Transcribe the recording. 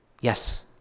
Yes